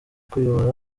kuyobora